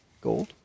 gold